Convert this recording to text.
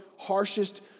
harshest